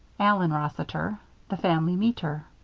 allen rossiter the family meeter.